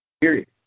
period